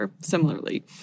similarly